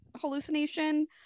hallucination